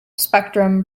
spectrum